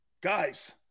Guys